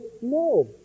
no